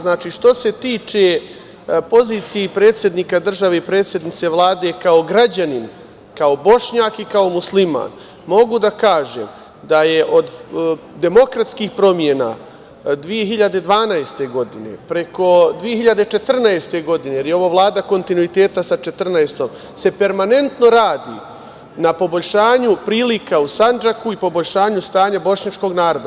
Znači, što se tiče pozicije i predsednika države i predsednice Vlade, kao građanin, kao Bošnjak, i kao musliman, mogu da kažem da je od demokratskih promena 2012. godine, preko 2014. godine, jer je ovo Vlada kontinuiteta, se permanentno radi na poboljšanju prilika u Sandžaku i poboljšanju stanja bošnjačkog naroda.